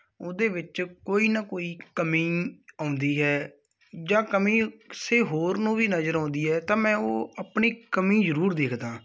ਉਹਦੇ ਵਿੱਚ ਕੋਈ ਨਾ ਕੋਈ ਕਮੀ ਆਉਂਦੀ ਹੈ ਜਾਂ ਕਮੀ ਕਿਸੇ ਹੋਰ ਨੂੰ ਵੀ ਨਜ਼ਰ ਆਉਂਦੀ ਹੈ ਤਾਂ ਮੈਂ ਉਹ ਆਪਣੀ ਕਮੀ ਜ਼ਰੂਰ ਦੇਖਦਾ